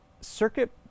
Circuit